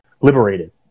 liberated